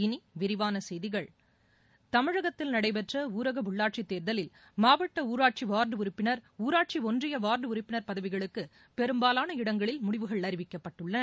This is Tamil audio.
இனி விரிவான செய்திகள் தமிழகத்தில் நடைபெற்ற ஊரக உள்ளாட்சி தேர்தலில் மாவட்ட ஊராட்சி வார்டு உறுப்பினர் ஊராட்சி ஒன்றிய வார்டு உறுப்பினர் பதவிகளுக்கு பெரும்பாவான இடங்களில் முடிவுகள் அறிவிக்கப்பட்டுள்ளன